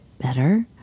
better